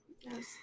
Yes